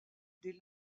des